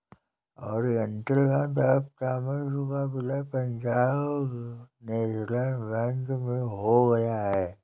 Oriental Bank of Commerce का विलय Punjab National Bank में हो गया है